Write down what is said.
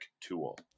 tool